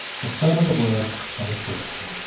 the turn of the words had escaped him.